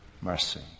mercy